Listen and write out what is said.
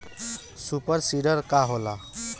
Super seeder का होला?